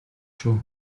шүү